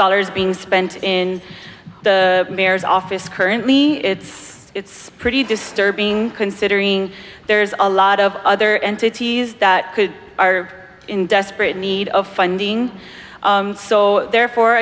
dollars being spent in the mayor's office currently it's it's pretty disturbing considering there's a lot of other entities that are in desperate need of funding so therefore